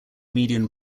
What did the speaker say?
median